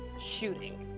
shooting